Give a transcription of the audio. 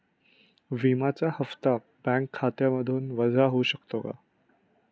विम्याचा हप्ता बँक खात्यामधून वजा होऊ शकतो का?